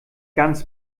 ganz